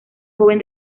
joven